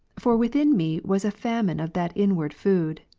for within me was a famine of that inward food.